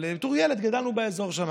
אבל בתור ילד גדלנו שם באזור.